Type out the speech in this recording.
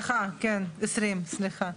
סליחה, כן, 20. סליחה.